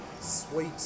sweet